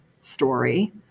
story